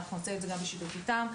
ואנחנו נוציא את זה בשיתוף איתם.